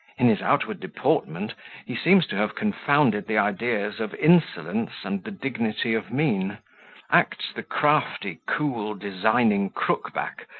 in his outward deportment he seems to have confounded the ideas of insolence and the dignity of mien acts the crafty cool, designing crookback,